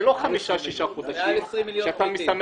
זה לא חמישה או שישה חודשים עד שתוכל לסמן